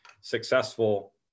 successful